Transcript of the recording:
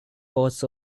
boats